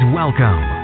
welcome